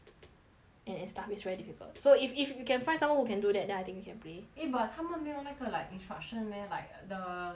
and and stuff it's very difficult so if if you can find someone who can do that then I think you can play eh but 他们没有那个 like instruction meh like the the script like that